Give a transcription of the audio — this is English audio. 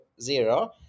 zero